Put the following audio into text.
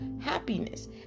happiness